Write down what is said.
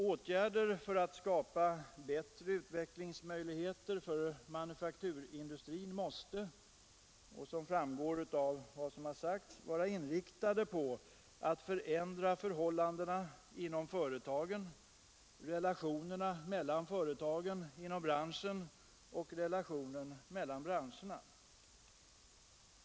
Åtgärder för att skapa bättre utvecklingsmöjligheter för metallmanufakturindustrin måste — som framgår av vad jag här sagt — vara inriktade på att förändra förhållandena inom företagen, relationerna mellan företagen i branschen och relationen mellan branscherna.